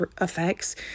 effects